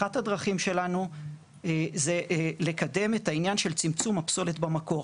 אחת הדרכים שלנו היא לקדם את העניין של צמצום הפסולת במקור.